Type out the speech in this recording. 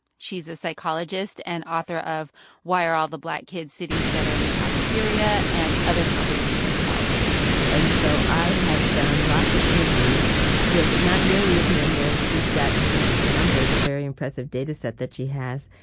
she's a psychologist and author of why are all the black kids sitting together in the cafeteria? and other conversations about race. and so i have done lots of interviews with not nearly as many as she's got in terms of her numbers very impressive dataset that she has.